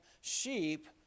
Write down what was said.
sheep